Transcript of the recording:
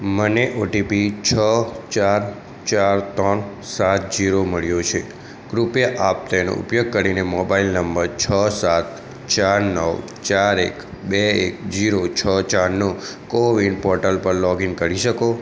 મને O T P છ ચાર ચાર ત્રણ સાત ઝીરો મળ્યો છે કૃપયા આપ તેનો ઉપયોગ કરીને મોબાઈલ નંબર છ સાત ચાર નવ ચાર એક બે એક ઝીરો છ ચારનું કોવિન પોર્ટલ પર લૉગ ઇન કરી શકો